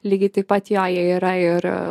lygiai taip pat jo jie yra ir